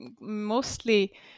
mostly